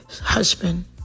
husband